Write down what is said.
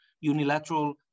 unilateral